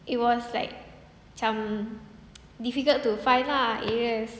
it was like macam difficult to find lah areas